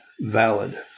valid